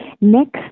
Next